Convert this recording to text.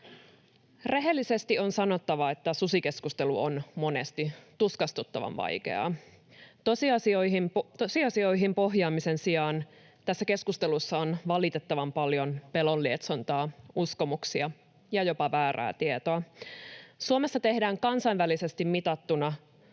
Rehellisesti on sanottava, että susikeskustelu on monesti tuskastuttavan vaikeaa. Tosiasioihin pohjaamisen sijaan tässä keskustelussa on valitettavan paljon pelon lietsontaa, uskomuksia ja jopa väärää tietoa. Suomessa tehdään kansainvälisesti mitattuna